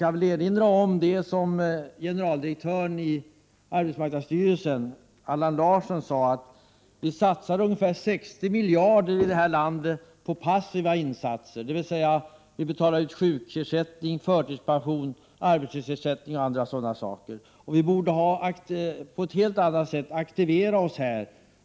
Jag kan erinra om vad generaldirektören i arbetsmarknadsstyrelsen Allan Larsson sade, nämligen att vi satsar ungefär 60 miljarder i det här landet på passiva insatser, dvs. vi betalar ut sjukersättning, förtidspension, arbetslöshetsersättning o.d. Vi borde på ett helt annat sätt aktivera oss.